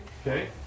okay